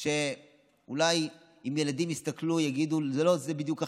רגעים שאולי אם ילדים יסתכלו הם יגידו: זה לא זה בדיוק החינוך,